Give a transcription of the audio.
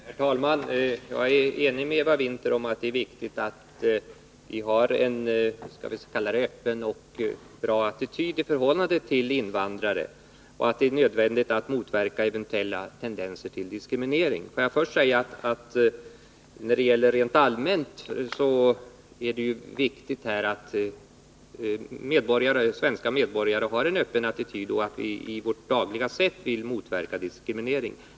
Herr talman! Jag är överens med Eva Winther om att det är viktigt att vi har en öppen och bra attityd i förhållande till invandrarna och att det är nödvändigt att motverka eventuella tendenser till diskriminering. Låt mig först säga att det rent allmänt är viktigt att svenska medborgare har en sådan öppen attityd och att vi vill motverka diskriminering i vårt dagliga umgänge med varandra.